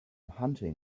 hunting